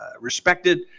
respected